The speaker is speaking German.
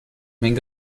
meinen